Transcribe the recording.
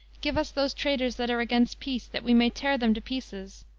give us those traitors that are against peace, that we may tear them to pieces.